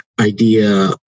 idea